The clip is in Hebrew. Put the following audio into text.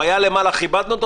הוא היה למעלה וכיבדנו אותו